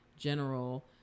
general